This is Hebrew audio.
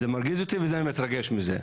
כי זה ממש, זה מרגיז אותי ואני מתרגש מזה.